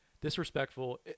disrespectful